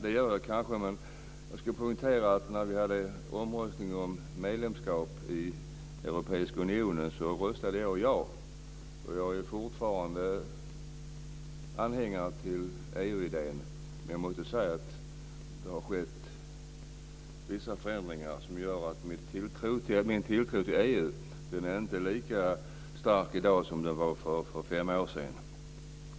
Det gör jag kanske, men jag ska poängtera att när vi hade omröstning om medlemskap i Europeiska unionen röstade jag ja. Jag är fortfarande anhängare av EU-idén. Men jag måste säga att det har skett vissa förändringar som gör att min tilltro till EU inte är lika stark i dag som den var för fem år sedan.